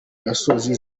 gasozi